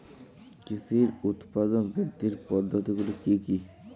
কৃষির উৎপাদন বৃদ্ধির পদ্ধতিগুলি কী কী?